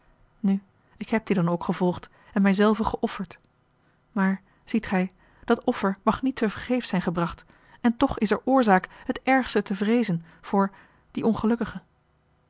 nu ik heb die dan ook gevolgd en mij zelve geofferd maar ziet gij dat offer mag niet tevergeefs zijn gebracht en toch is er oorzaak het ergste te vreeze voor dien ongelukkige